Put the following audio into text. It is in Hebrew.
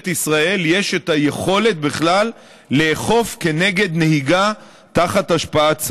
ישראל יש בכלל את היכולת לאכוף כנגד נהיגה תחת השפעת סמים.